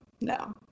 no